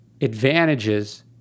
advantages